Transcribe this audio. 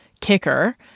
kicker